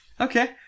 Okay